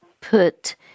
put